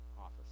office